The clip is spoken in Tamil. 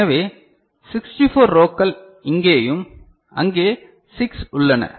எனவே 64 ரோக்கள் இங்கேயும் அங்கே 6 உள்ளன